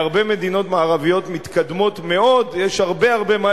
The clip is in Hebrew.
להרבה מדינות מערביות מתקדמות מאוד יש הרבה הרבה מה